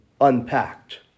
unpacked